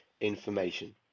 information